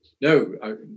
no